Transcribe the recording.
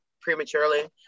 prematurely